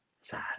Sad